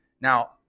Now